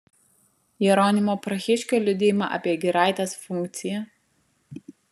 jeronimo prahiškio liudijimą apie giraitės funkciją